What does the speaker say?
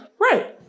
Right